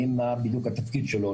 האם בדיוק התפקיד שלו,